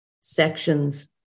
sections